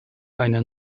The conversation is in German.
eine